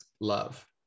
love